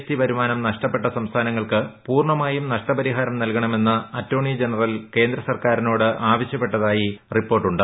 T വരുമാനം നഷ്ടപ്പെട്ട സംസ്ഥാനങ്ങൾക്ക് പൂർണമായും നഷ്ടപരിഹാരം നൽകണമെന്ന് അറ്റോർണി ജനറൽ കേന്ദ്ര സർക്കാരിനോട് ആവശ്യപ്പെട്ടതായി റിപ്പോർട്ടുണ്ട്